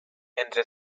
entre